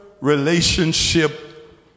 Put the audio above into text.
relationship